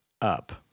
up